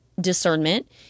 discernment